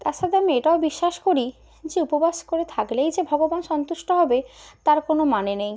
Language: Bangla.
তার সাথে আমি এটাও বিশ্বাস করি যে উপবাস করে থাকলেই যে ভগবান সন্তুষ্ট হবে তার কোনও মানে নেই